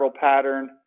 pattern